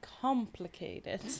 complicated